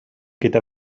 gyda